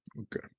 Okay